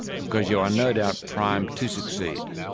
because you are no doubt primed to succeed.